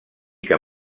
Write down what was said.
que